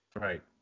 Right